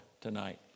tonight